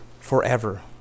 forever